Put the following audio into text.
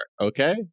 okay